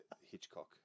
Hitchcock